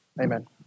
Amen